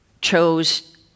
chose